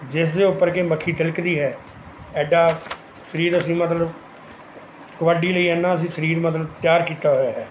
ਜਿਸ ਦੇ ਉੱਪਰ ਕੀ ਮੱਖੀ ਤਿਲਕਦੀ ਹੈ ਐਡਾ ਸਰੀਰ ਅਸੀਂ ਮਤਲਬ ਕਬੱਡੀ ਲਈ ਏਨਾ ਅਸੀਂ ਸਰੀਰ ਮਤਲਬ ਤਿਆਰ ਕੀਤਾ ਹੋਇਆ ਹੈ